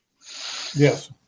Yes